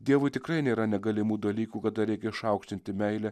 dievui tikrai nėra negalimų dalykų kada reikia išaukštinti meilę